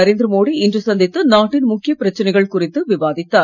நரேந்திர மோடி இன்று சந்தித்து நாட்டின் முக்கிய பிரச்சனைகள் குறித்து விவாதித்தார்